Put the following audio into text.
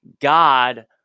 God